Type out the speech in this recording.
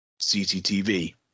cctv